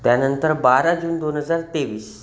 त्यानंतर बारा जून दोन हजार तेवीस